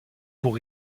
pour